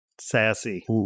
Sassy